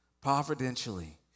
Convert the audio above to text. providentially